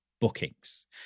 bookings